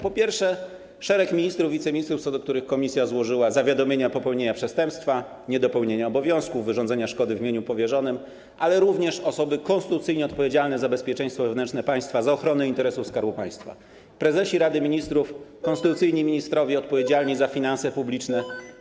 Po pierwsze, szereg ministrów i wiceministrów, co do których komisja złożyła zawiadomienia o popełnieniu przestępstwa, niedopełnieniu obowiązku, wyrządzeniu szkody w mieniu powierzonym, ale również osoby konstytucyjnie odpowiedzialne za bezpieczeństwo wewnętrzne państwa, za ochronę interesów Skarbu Państwa, prezesi Rady Ministrów, konstytucyjni ministrowie odpowiedzialni za finanse publiczne.